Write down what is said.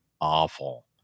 awful